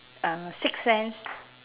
a sixth sense